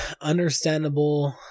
Understandable